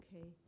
Okay